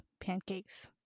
pancakes